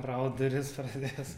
raut duris pradės